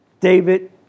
David